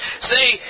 say